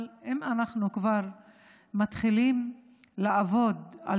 אבל אם אנחנו כבר מתחילים לעבוד על